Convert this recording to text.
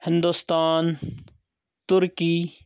Hindustan turkey